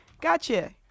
Gotcha